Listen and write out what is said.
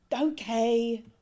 okay